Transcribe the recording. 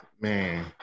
man